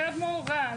למורה,